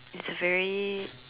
it's very